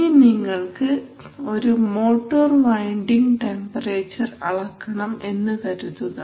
ഇനി നിങ്ങൾക്ക് ഒരു മോട്ടോർ വൈൻഡിങ് ടെമ്പറേച്ചർ അളക്കണം എന്ന് കരുതുക